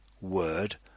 word